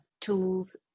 tools